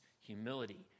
humility